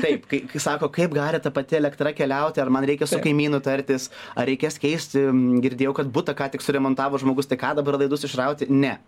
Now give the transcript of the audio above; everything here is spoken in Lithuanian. taip kai sako kaip gali ta pati elektra keliauti ar man reikia su kaimynu tartis ar reikės keisti girdėjau kad butą ką tik suremontavo žmogus tai ką dabar laidus išrauti ne